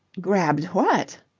grabbed what?